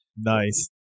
Nice